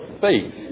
faith